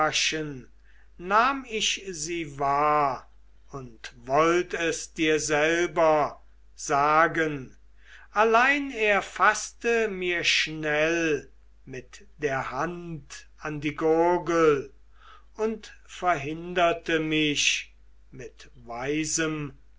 nahm ich sie wahr und wollt es dir selber sagen allein er faßte mir schnell mit der hand an die gurgel und verhinderte mich mit weisem